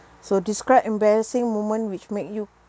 so describe embarrassing moment which make you